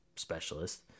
specialist